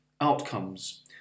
outcomes